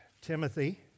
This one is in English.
Timothy